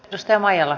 tästä maijalla